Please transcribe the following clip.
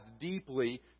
deeply